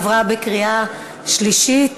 עברה בקריאה שלישית